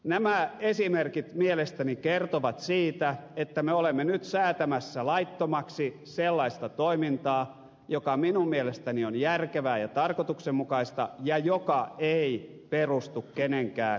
nämä esimerkit mielestäni kertovat siitä että me olemme nyt säätämässä laittomaksi sellaista toimintaa joka minun mielestäni on järkevää ja tarkoituksenmukaista ja joka ei perustu kenenkään syrjimiseen